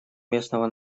местного